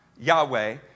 Yahweh